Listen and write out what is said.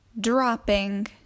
Dropping